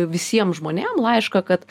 visiem žmonėm laišką kad